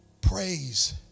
praise